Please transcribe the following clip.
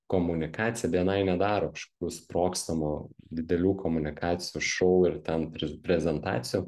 komunikacija bni nedaro kažkokių sprogstamų didelių komunikacijų šou ir ten pri prezentacijų